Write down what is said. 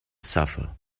suffer